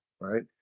right